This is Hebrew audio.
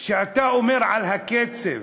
כשאתה אומר על הקצב,